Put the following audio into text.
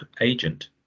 agent